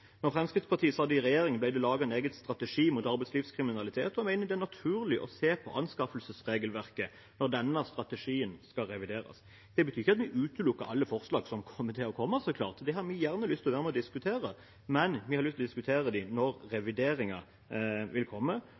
i regjering, ble det laget en egen strategi mot arbeidslivskriminalitet, og jeg mener det er naturlig å se på anskaffelsesregelverket når denne strategien skal revideres. Det betyr ikke at vi utelukker alle forslag som vil komme, det har vi gjerne lyst til å være med på å diskutere, men vi har lyst til å diskutere dem når